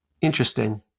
Interesting